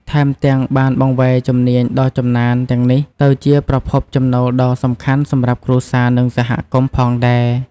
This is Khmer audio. ថែមទាំង បានបង្វែរជំនាញដ៏ចំណានទាំងនេះទៅជាប្រភពចំណូលដ៏សំខាន់សម្រាប់គ្រួសារ និងសហគមន៍ផងដែរ។